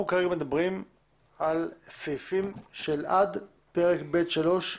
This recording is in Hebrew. אנחנו כרגע מדברים על סעיפים של פרק בס'3,